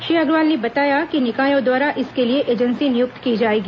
श्री अग्रवाल ने बताया कि निकायों द्वारा इसके लिए एजेन्सी नियुक्त की जाएगी